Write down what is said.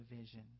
vision